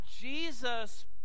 Jesus